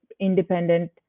independent